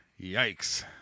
Yikes